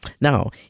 Now